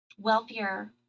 wealthier